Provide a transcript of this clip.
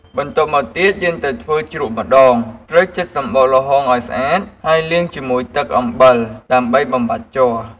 បន្ទាប់មកទៀតយើងទៅធ្វើជ្រក់វិញម្តង ត្រូវចិតសំបកល្ហុងឲ្យស្អាត ហើយលាងជាមួយទឹកអំបិល ដើម្បីបំបាត់ជ័រ។